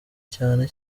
cyane